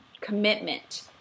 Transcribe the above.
commitment